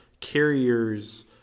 carriers